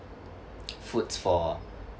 foods for